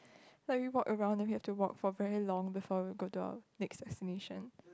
like we walk around then we have to walk for very long before we go to our next destination